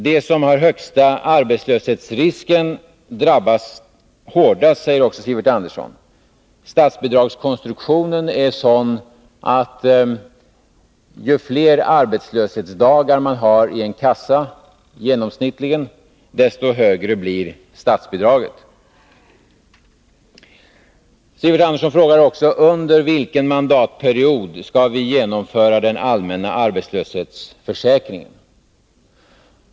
De som har största arbetslöshetsrisken drabbas hårdast, säger Sivert Andersson. Statsbidragskonstruktionen är sådan att ju fler arbetslöshetsdagar man har i en kassa genomsnittligen, desto högre blir statsbidraget. Sivert Andersson frågar också: Under vilken mandatperiod skall vi genomföra den allmänna arbetslöshetsförsäkringen?